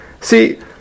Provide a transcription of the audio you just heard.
See